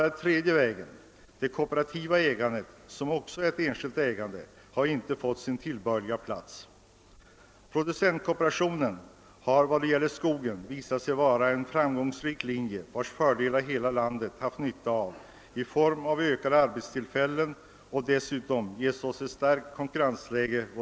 Den tredje vägen, det kooperativa ägandet, som också är ett enskilt ägande, har inte fått sin tillbörliga plats. När det gäller skogen har producentkooperationen visat sig vara en framgångsrik linje, vars fördelar kommit hela landet till nytta i form av ökade arbetstillfällen. Dessutom har den givit vår export ett starkt konkurrensläge.